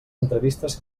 entrevistes